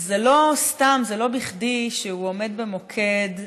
לא סתם, לא בכדי הוא עומד במוקד,